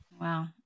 Wow